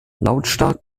lautstark